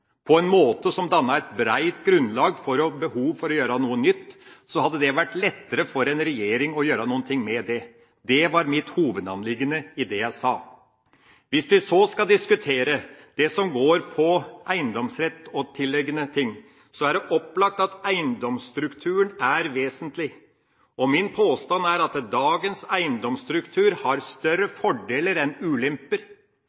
på en måte som dannet et bredt grunnlag for behovet for å gjøre noe nytt, hadde det vært lettere for en regjering å gjøre noe med det. Det var mitt hovedanliggende i det jeg sa. Hvis en skal diskutere det som går på eiendomsrett og tilliggende ting, er det opplagt at eiendomsstrukturen er vesentlig. Min påstand er at dagens eiendomsstruktur har